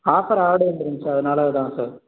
offer ad வந்திருந்துச்சு அதனால் தான் சார்